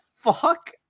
fuck